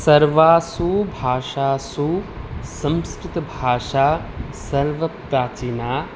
सर्वासु भाषासु संस्कृतभाषा सर्वप्राचीना